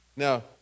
Now